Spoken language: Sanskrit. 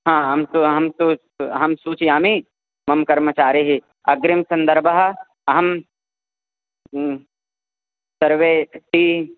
हा अहं तु अहं तु सः अहं सूचयामि मम कर्मचारी अग्रिमसन्दर्भे अहं सर्वे टी